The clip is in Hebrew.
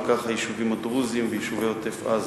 כמו היישובים הדרוזיים ויישובי עוטף-עזה.